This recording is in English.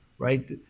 right